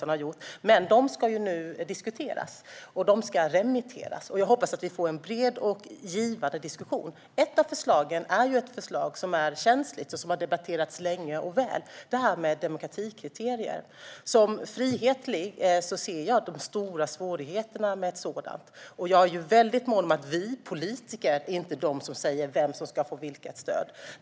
Men dessa förslag ska nu diskuteras och remitteras. Jag hoppas att vi får en bred och givande diskussion. Ett av förslagen är känsligt och har debatterats länge och väl och handlar om demokratikriterier. Som en frihetlig person ser jag de stora svårigheterna med det. Jag är mycket mån om att det inte är vi politiker som ska säga vem som ska få vilket stöd.